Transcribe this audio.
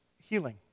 healing